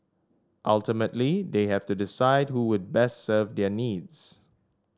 ultimately they have to decide who would best serve their needs